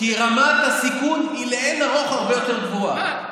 כי רמת הסיכון היא לאין ערוך הרבה יותר גבוהה.